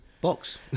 Box